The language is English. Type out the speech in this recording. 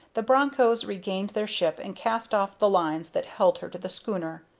the bronchos regained their ship and cast off the lines that held her to the schooner.